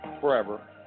forever